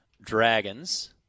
Dragons